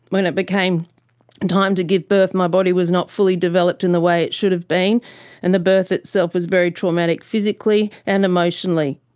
when it became and time to give birth my body was not fully developed in the way it should have been and the birth itself was very traumatic physically and emotionally.